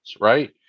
Right